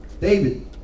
David